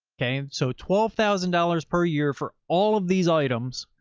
okay, so twelve thousand dollars per year for all of these items.